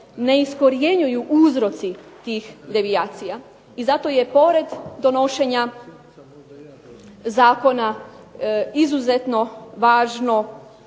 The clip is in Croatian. ne iskorjenjuju uzroci tih devicijacija, i zato je pored donošenja zakona izuzetno važno